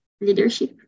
leadership